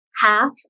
half